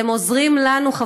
אתם עוזרים לנו,